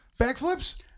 Backflips